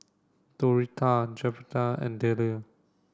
Doretta Jedidiah and Dayle